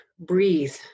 breathe